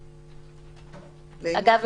אגב,